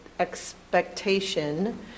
expectation